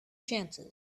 chances